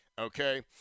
Okay